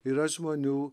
yra žmonių